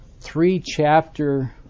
three-chapter